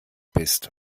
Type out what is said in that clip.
bist